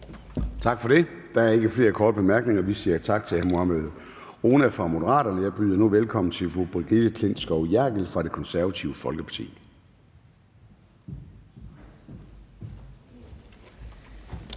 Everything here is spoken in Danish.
Tak for det. Der er ikke flere korte bemærkninger. Vi siger tak til hr. Mohammad Rona fra Moderaterne. Jeg byder nu velkommen til fru Brigitte Klintskov Jerkel fra Det Konservative Folkeparti.